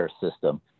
system